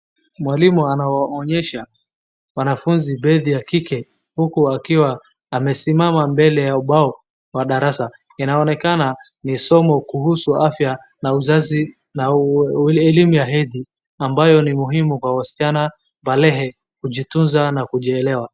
Mwalimu anawaonyesha wanafunzi pedi ya kike huku akiwa amesimama mbele ya ubao wa darasa. Inaonekana ni somo kuhusu afya na uzazi na elimu ya hethi ambayo ni muhimu kwa wasichana balehe kujitunza na kujielewa.